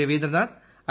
Ravindranath I